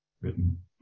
written